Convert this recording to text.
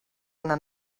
una